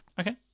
Okay